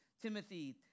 Timothy